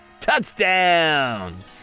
Touchdown